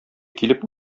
килеп